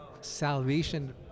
salvation